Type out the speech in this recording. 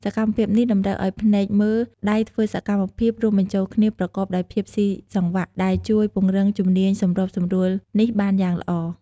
សកម្មភាពនេះតម្រូវឲ្យភ្នែកមើល ដៃធ្វើសកម្មភាព រួមបញ្ចូលគ្នាប្រកបដោយភាពស៊ីសង្វាក់ ដែលជួយពង្រឹងជំនាញសម្របសម្រួលនេះបានយ៉ាងល្អ។